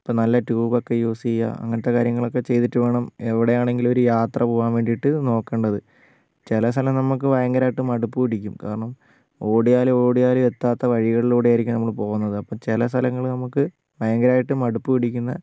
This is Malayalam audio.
ഇപ്പം നല്ല ട്യൂബ് ഒക്കെ യൂസ് ചെയ്യുക അങ്ങനത്തെ കാര്യങ്ങളൊക്കെ ചെയ്തിട്ട് വേണം എവിടെയാണെങ്കിലും ഒരു യാത്ര പോവാൻ വേണ്ടീട്ട് നോക്കേണ്ടത് ചില സ്ഥലം നമുക്ക് ഭയങ്കരമായിട്ട് മടുപ്പ് പിടിക്കും കാരണം ഓടിയാലും ഓടിയാലും എത്താത്ത വഴികളിലൂടെ ആയിരിക്കും നമ്മൾ പോകുന്നത് അപ്പോൾ ചില സ്ഥലങ്ങൾ നമുക്ക് ഭയങ്കരമായിട്ട് മടുപ്പ് പിടിക്കുന്ന